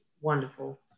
wonderful